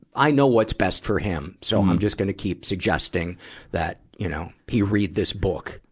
i know what's best for him. so i'm just gonna keep suggesting that, you know, he read this book,